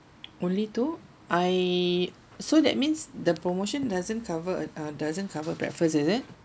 only two I so that means the promotion doesn't cover uh uh doesn't cover breakfast is it